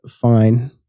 fine